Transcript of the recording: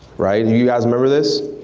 right, you guys remember this?